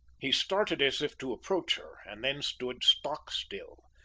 he started as if to approach her, and then stood stock-still.